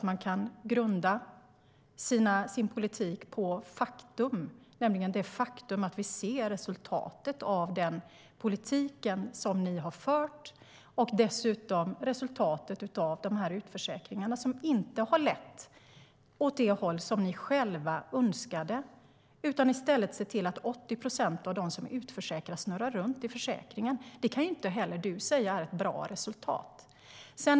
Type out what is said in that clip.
Man kan grunda sin politik på faktum, nämligen det faktum att vi ser resultatet av den politik som ni har fört och av utförsäkringarna, som inte har lett åt det håll som ni önskade. I stället har ni sett till att 80 procent av dem som utförsäkras snurrar runt i försäkringen. Det kan du väl inte säga är ett bra resultat, Johan Forssell.